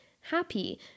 happy